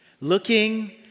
looking